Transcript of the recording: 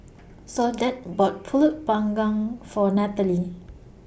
Soledad bought Pulut Panggang For Natalee